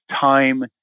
time